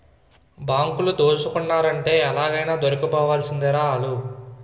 బాంకులు దోసుకున్నారంటే ఎలాగైనా దొరికిపోవాల్సిందేరా ఆల్లు